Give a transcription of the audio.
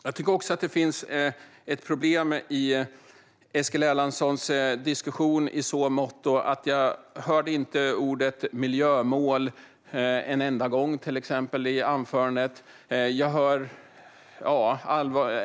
Jag tycker också att det finns ett problem i Eskil Erlandssons diskussion i så måtto att jag till exempel inte hörde ordet "miljömål" en enda gång i anförandet.